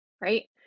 right